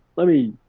let me